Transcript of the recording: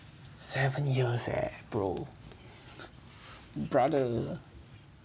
seven years eh bro brother